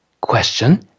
question